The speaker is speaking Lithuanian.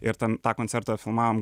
ir ten tą koncertą filmavom